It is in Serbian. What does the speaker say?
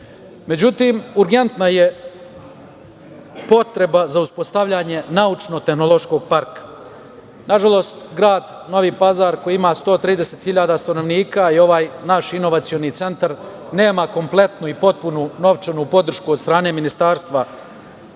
Međutim, urgentna je potreba za uspostavljanje naučno-tehnološkog parka. Nažalost, grad Novi Pazar koji ima 130 hiljada stanovnika i ovaj naš inovacioni centar nema kompletnu i potpunu novčanu podršku od strane Ministarstva